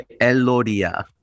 Elodia